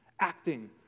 acting